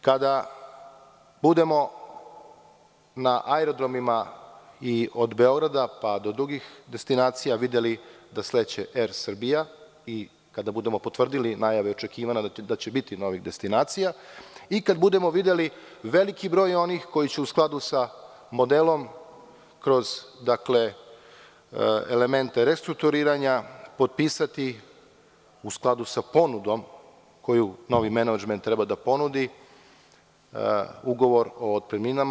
Kada budemo na aerodromima od Beograda, pa do drugih destinacija videli da sleće AIR Srbija i kada budemo potvrdili najave očekivanja da će biti novih destinacija i kada budemo videli veliki broj onih koji će u skladu sa modelom kroz elemente restrukturiranja potpisati u skladu sa ponudom koju novi menadžment treba da ponudi o novim otpremninama.